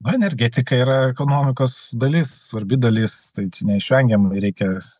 na energetika yra ekonomikos dalis svarbi dalis tai čia neišvengiamai reikės